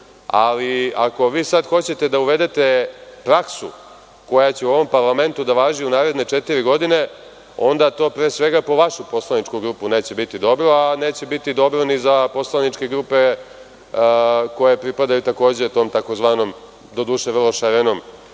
ali ako vi sad hoćete da uvedete praksu koja će u ovom parlamentu da važi u naredne četiri godine, onda to pre svega po vašu poslaničku grupu neće biti dobro, a neće biti dobro ni za poslaničke grupe koje pripadaju takođe tom tzv. doduše vrlo šarenom